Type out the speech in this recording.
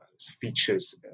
features